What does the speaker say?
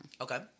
Okay